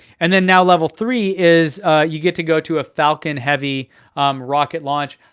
and then now level three is you get to go to a falcon heavy rocket launch.